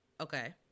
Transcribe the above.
Okay